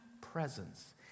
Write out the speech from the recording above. presence